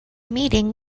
meeting